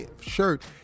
shirt